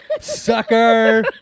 sucker